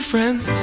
Friends